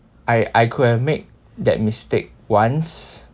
I I could have made that mistake once